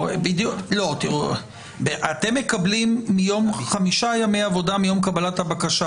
--- אתם מקבלים חמישה ימי עבודה מיום קבלת הבקשה,